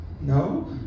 No